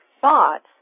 thoughts